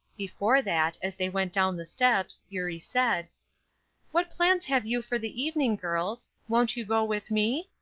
before that, as they went down the steps, eurie said what plans have you for the evening, girls? won't you go with me?